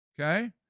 okay